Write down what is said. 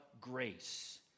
grace